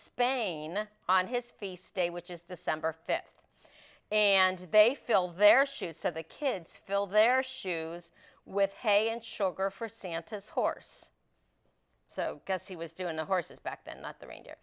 spain on his feast day which is december fifth and they fill their shoes so the kids fill their shoes with hay and sugar for santas horse so i guess he was doing the horses back then not the r